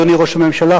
אדוני ראש הממשלה,